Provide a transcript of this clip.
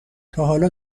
تاحالا